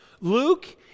Luke